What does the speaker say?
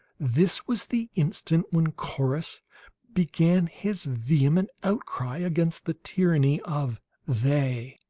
this was the instant when corrus began his vehement outcry against the tyranny of they.